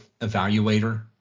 evaluator